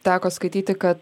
teko skaityti kad